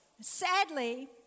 Sadly